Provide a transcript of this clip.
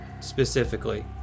specifically